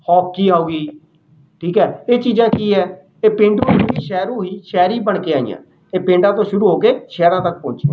hockey ਹੋ ਗਈ ਠੀਕ ਹੈ ਇਹ ਚੀਜ਼ਾਂ ਕੀ ਹੈ ਇਹ ਪੇਂਡੂ ਹੀ ਸ਼ਹਿਰੋ ਹੀ ਸ਼ਹਿਰੀ ਬਣ ਕੇ ਆਈਆਂ ਇਹ ਪਿੰਡਾਂ ਤੋਂ ਸ਼ੁਰੂ ਹੋ ਕੇ ਸ਼ਹਿਰਾਂ ਤੱਕ ਪਹੁੰਚੀਆਂ